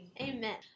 Amen